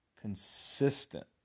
consistent